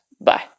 Bye